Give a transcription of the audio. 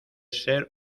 ser